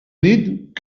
nit